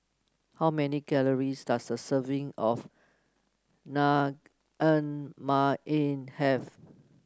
how many calories does a serving of Naengmyeon have